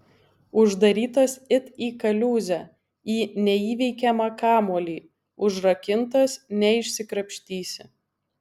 uždarytas it į kaliūzę į neįveikiamą kamuolį užrakintas neišsikrapštysi